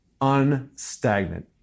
unstagnant